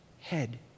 head